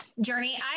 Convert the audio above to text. journey